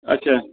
اَچھا